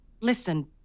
Listen